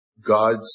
God's